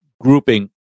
grouping